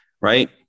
right